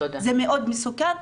זה מאוד מסוכן.